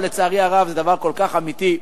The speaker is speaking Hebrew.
ולצערי הרב זה דבר כל כך אמיתי,